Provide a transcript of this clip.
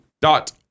dot